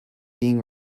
being